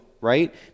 right